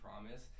promise